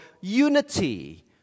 unity